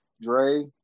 dre